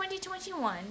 2021